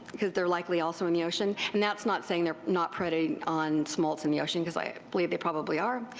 because theyire likely also in the ocean. and thatis not saying theyire not preying on smolts in the ocean, because i believe they probably are.